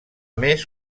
més